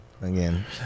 again